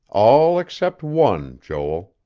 all except one, joel.